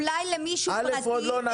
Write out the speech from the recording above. אולי למישהו פרטי,